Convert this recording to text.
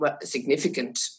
significant